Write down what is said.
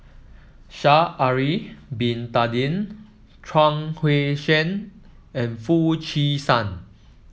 Sha'ari Bin Tadin Chuang Hui Tsuan and Foo Chee San